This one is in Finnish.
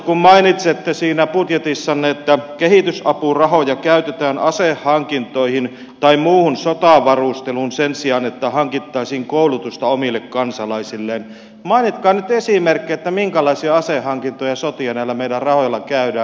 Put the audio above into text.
kun mainitsette siinä budjetissanne että kehitysapurahoja käytetään asehankintoihin tai muuhun sotavarusteluun sen sijaan että hankittaisiin koulutusta omille kansalaisille mainitkaa nyt esimerkkejä minkälaisia asehankintoja ja sotia näillä meidän rahoilla käydään